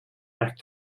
back